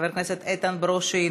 חבר הכנסת איתן ברושי,